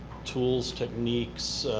tools, techniques,